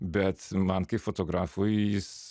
bet man kaip fotografui jis